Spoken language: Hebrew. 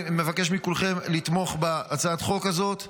אני מבקש מכולכם לתמוך בהצעת החוק הזאת.